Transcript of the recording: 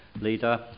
Leader